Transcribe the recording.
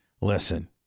listen